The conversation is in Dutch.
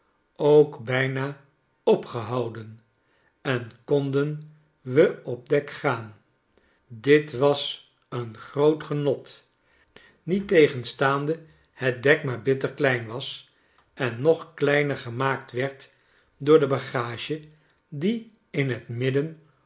ook bijna opgehouden en konden we op dek gaan dit was een groot genot niettegenstaande het dek maar bitter klein was en nog kleiner gemaakt werd door de bagage die in t midden